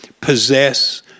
possess